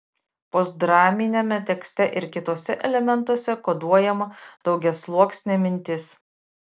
postdraminiame tekste ir kituose elementuose koduojama daugiasluoksnė mintis